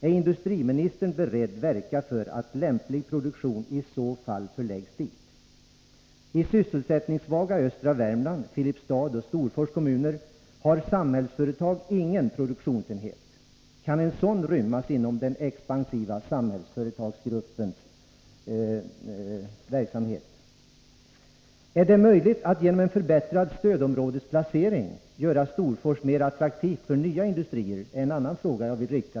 Är industriministern i så fall beredd att verka för att lämplig produktion förläggs dit? I sysselsättningssvaga östra Värmland, i Filipstad och Storfors kommuner har Samhällsföretag ingen produktionsenhet. Kan en sådan rymmas inom den expansiva Samhällsföretagsgruppens verksamhet? En annan fråga som jag vill rikta till industriministern är följande: Är det möjligt att genom en förbättrad stödområdesplacering göra Storfors mera attraktivt för nya industrier?